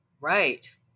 Right